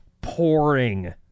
pouring